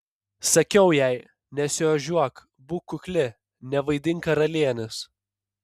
sakiau jai nesiožiuok būk kukli nevaidink karalienės